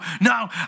no